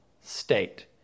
state